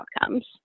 outcomes